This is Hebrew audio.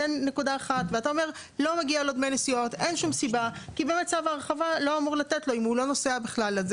אתה תדבר רק על מה שאני בוחר.